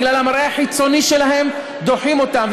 בגלל המראה החיצוני שלהם דוחים אותם.